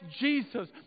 Jesus